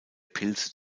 pilze